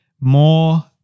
more